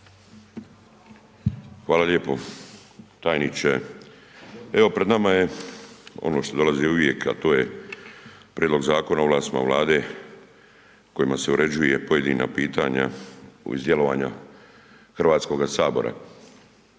Hvala lijepo. Tajniče. Evo pred nama je ono što dolazi uvijek, a to je Prijedlog zakona o ovlastima Vlade kojima se uređuje pojedina pitanja u vezi djelovanja Hrvatskoga sabora.